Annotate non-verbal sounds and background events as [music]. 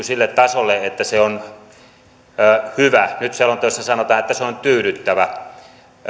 [unintelligible] sille tasolle että se on hyvä nyt selonteossa sanotaan että se on tyydyttävä